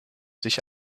sich